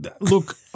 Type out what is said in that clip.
look